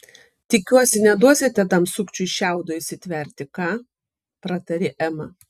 tikiuosi neduosite tam sukčiui šiaudo įsitverti ką pratarė ema